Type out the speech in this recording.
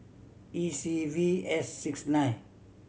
E C V S six nine